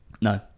no